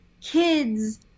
kids